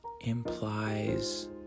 implies